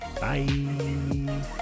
Bye